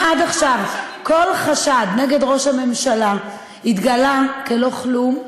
ואם עד עכשיו כל חשד נגד ראש הממשלה התגלה כלא כלום,